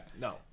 no